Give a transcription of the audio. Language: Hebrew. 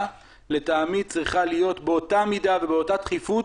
לטעמי צריכה להיות באותה מידה ובאותה דחיפות